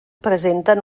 presenten